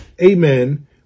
amen